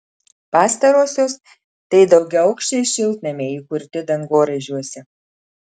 pastarosios tai daugiaaukščiai šiltnamiai įkurti dangoraižiuose